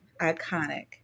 Iconic